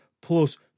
plus